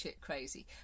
crazy